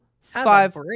Five